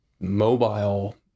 mobile